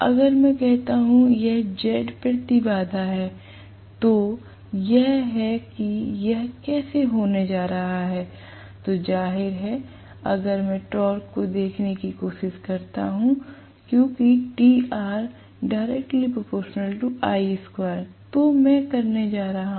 अगर मैं कहता हूं कि यह Z प्रतिबाधा है तो यह है कि यह कैसे होने जा रहा है तो जाहिर है अगर मैं टॉर्क को देखने की कोशिश करता हूं क्योंकि मैं करने जा रहा हूं